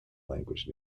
language